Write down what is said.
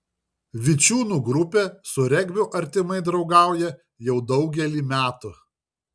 vičiūnų grupė su regbiu artimai draugauja jau daugelį metų